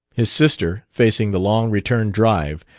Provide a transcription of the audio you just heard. his sister, facing the long return-drive,